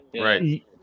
right